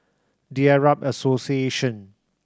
The Arab Association